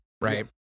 right